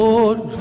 Lord